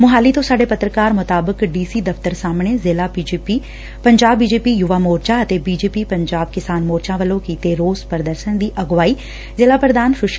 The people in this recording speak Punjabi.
ਮੋਹਾਲੀ ਤੋ ਸਾਡੇ ਪੱਤਰਕਾਰ ਮੁਤਾਬਿਕ ਡੀ ਸੀ ਦਫ਼ਤਰ ਸਾਹਮਣੇ ਸ਼ਿਲ੍ਹਾ ਬੀਜੇਪੀ ਪੰਜਾਬ ਬੀਜੇਪੀ ਯੁਵਾ ਮੋਰਚਾ ਅਤੇ ਬੀਜੇਪ ਪੰਜਾਬ ਕਿਸਾਨ ਮੋਰਚਾ ਵੱਲੋਂ ਕੀਤੇ ਰੋਸ ਪੁਦਰਸ਼ਨ ਦੀ ਅਗਵਾਈ ਜ਼ਿਲ੍ਹਾ ਪੁਧਾਨ ਸੁਸ਼ੀਲ ਰਾਣਾ ਨੇ ਕੀਤੀ